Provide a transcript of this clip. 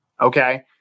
Okay